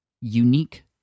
unique